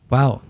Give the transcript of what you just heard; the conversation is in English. Wow